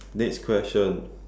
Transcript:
next question